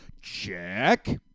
Check